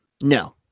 No